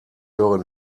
höre